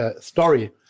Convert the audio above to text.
story